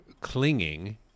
clinging